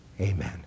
Amen